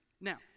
Now